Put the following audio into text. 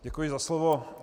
Děkuji za slovo.